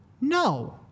No